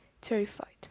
terrified